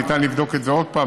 ניתן לבדוק את זה עוד פעם.